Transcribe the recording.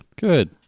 Good